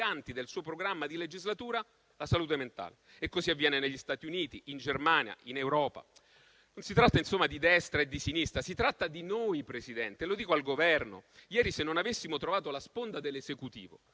del suo programma di legislatura, la salute mentale. E così avviene negli Stati Uniti, in Germania e in Europa. Non si tratta, insomma, di destra e di sinistra, ma si tratta di noi, Presidente, e lo dico al Governo. Ieri, se non avessimo trovato la sponda dell'Esecutivo